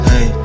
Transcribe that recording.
Hey